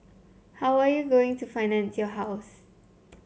how are you going to finance your house